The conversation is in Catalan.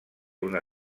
una